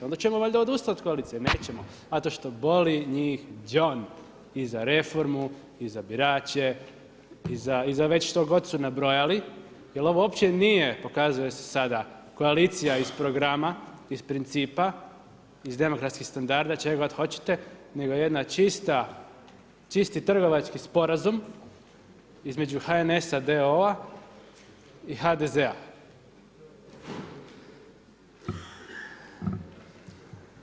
Onda ćemo valjda odustati od koalicije, nećemo, zato što boli njih đon i za reformu i za birače i za već što god su nabrojali, jer ovo uopće nije, pokazuje se sada, koalicija iz programa, iz principa, iz demografskih standarda, iz čegagod hoćete nego jedna čista, čisti trgovački sporazum između HNS d.o.o. i HDZ-a.